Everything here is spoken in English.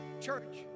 church